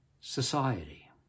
society